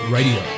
Radio